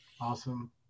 Awesome